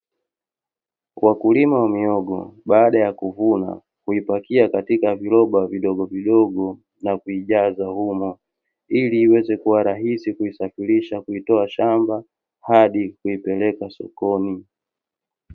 Wakulima wa mihogo baada ya kuvuna huipakia katika viroba vidogovidogo, na kuijaza humo ili iweze kuwa rahisi kuisafirisha kuitoa shamba hadi kuipeleka sokoni.